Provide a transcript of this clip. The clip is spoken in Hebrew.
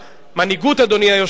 מנהיגות, אדוני היושב-ראש,